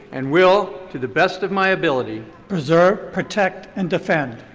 and will to the best of my ability. preserve, protect, and defend.